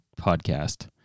podcast